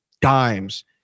dimes